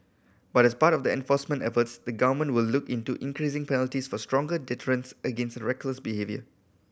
but as part of the enforcement efforts the government will look into increasing penalties for stronger deterrence against reckless behaviour